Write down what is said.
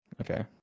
Okay